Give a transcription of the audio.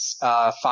Five